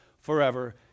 forever